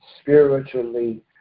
spiritually